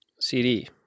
CD